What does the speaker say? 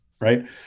right